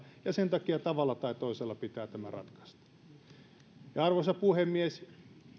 ja sen takia tavalla tai toisella pitää tämä ratkaista arvoisa puhemies